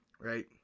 right